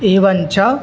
एवञ्च